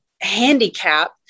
handicap